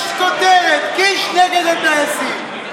יש כותרת: קיש נגד הטייסים.